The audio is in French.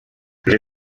les